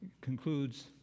Concludes